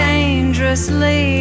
Dangerously